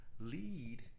lead